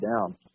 down